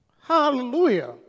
Hallelujah